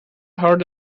heard